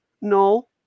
No